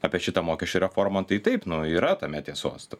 apie šitą mokesčių reformą tai taip nu yra tame tiesos